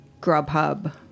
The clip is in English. Grubhub